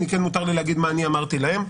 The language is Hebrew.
אני כן מותר לי להגיד את מה שאני אמרתי להם.